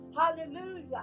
hallelujah